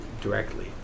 directly